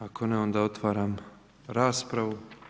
Ako ne, onda otvaram raspravu.